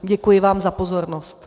Děkuji vám za pozornost.